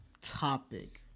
topic